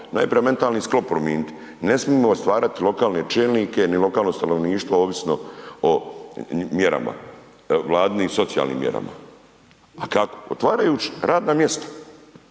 najprije mentalni sklop prominit, ne smijemo stvarati lokalne čelnike, ni lokalno stanovništvo ovisno o mjerama, vladinim socijalnim mjerama. A kako? Otvarajući radna mjesta,